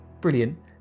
Brilliant